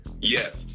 Yes